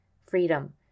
Freedom